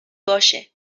باشه